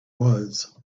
was